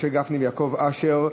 משה גפני ויעקב אשר.